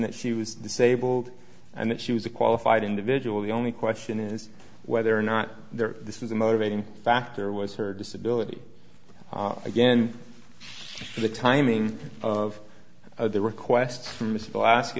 that she was disabled and that she was a qualified individual the only question is whether or not this is a motivating factor was her disability again the timing of the request for mrs alaska